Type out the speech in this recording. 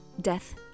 Death